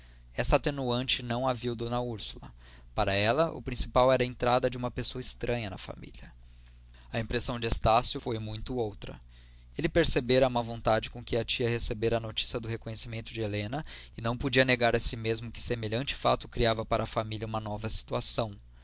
essa atenuante não a viu d úrsula para ela o principal era a entrada de uma pessoa estranha na família a impressão de estácio foi muito outra ele percebera a má vontade com que a tia recebera a notícia do reconhecimento de helena e não podia negar a si mesmo que semelhante fato criava para a família uma nova situação